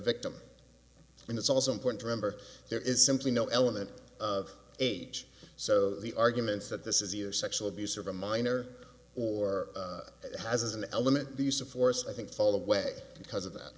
victim and it's also important remember there is simply no element of age so the arguments that this is either sexual abuse of a minor or it has an element the use of force i think fall away because of that